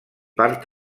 part